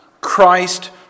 Christ